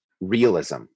realism